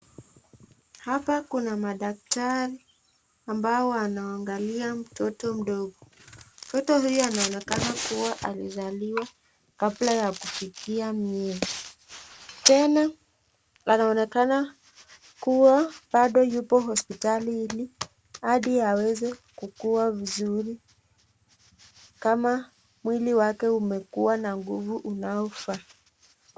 Hapa kuna madaktari ambao wanaangalia mtoto mdogo. Mtoto huyu anaonekana kuwa alizaliwa kabla ya kufikia miezi. Tena, anaonekana kuwa bado yupo hospitalini hadi aweze kukua vizuri, kama mwili wake umekuwa na nguvu unaofaa.